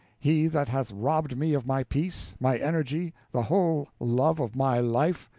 he that hath robbed me of my peace, my energy, the whole love of my life?